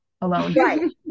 alone